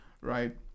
right